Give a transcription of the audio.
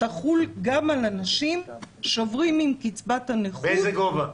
תחול גם על אנשים שעוברים עם קצבת הנכות --- באיזה גובה?